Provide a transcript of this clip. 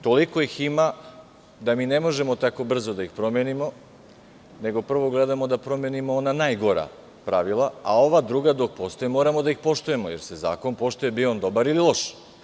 Toliko ih ima da mi ne možemo tako brzo da ih promenimo, nego prvo gledamo da promenimo ona najgora pravila, a ova druga dok postoje moramo da poštujemo jer se zakon poštuje, bio on dobar ili loš.